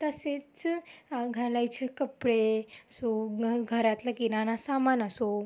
तसेच घालायचे कपडे असो म घरातला किराणा सामान असो